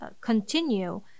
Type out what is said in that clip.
continue